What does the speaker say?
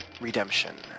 redemption